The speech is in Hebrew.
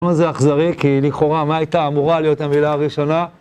למה זה אכזרי? כי לכאורה, מה הייתה אמורה להיות המילה הראשונה?